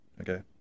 okay